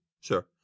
sure